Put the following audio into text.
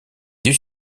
deux